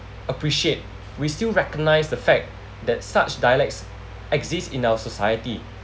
appreciate we still recognise the fact that such dialects exist in our society